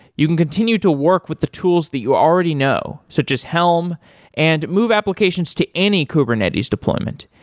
you can continue to work with the tools that you already know, such as helm and move applications to any kubernetes deployment.